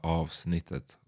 avsnittet